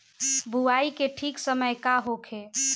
बुआई के ठीक समय का होखे?